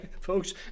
folks